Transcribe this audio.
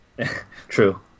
True